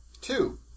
Two